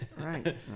right